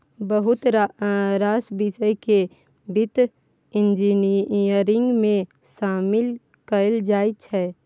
बहुत रास बिषय केँ बित्त इंजीनियरिंग मे शामिल कएल जाइ छै